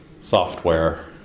software